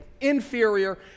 inferior